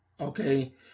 okay